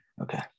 okay